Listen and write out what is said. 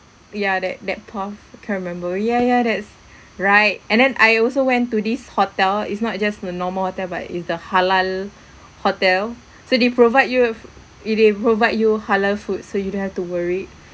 ya that that path can't remember yeah yeah that's right and then I also went to this hotel is not just the normal hotel but is the halal hotel so they provide you it they provide you halal foods so you don't have to worry